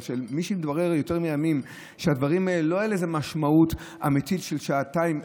אבל משהתברר לימים שלדברים האלה לא הייתה משמעות אמיתית של שעתיים,